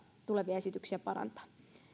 tulevia esityksiä parantaa